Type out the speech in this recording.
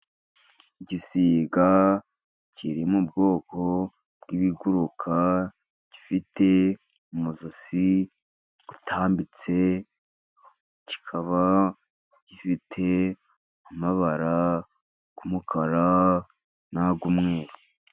Igisiga kiri mu bwoko bw'ibiguruka, gifite umuzozi utambitse, kikaba gifite amabara y'umukara n'ay'umweru.